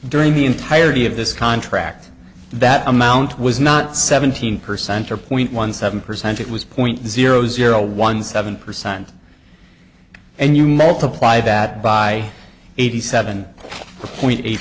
during the entirety of this contract that amount was not seventeen percent or point one seven percent it was point zero zero one seven percent and you multiply that by eighty seven point eight